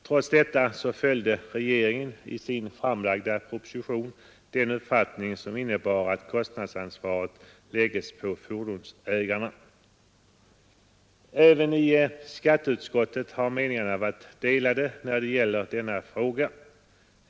Trots detta följde regeringen i sin framlagda proposition den uppfattning som innebär att kostnadsansvaret lägges på fordonsägarna. Även i skatteutskottet har meningarna varit delade i denna fråga.